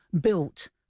built